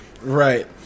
Right